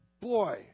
Boy